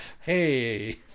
hey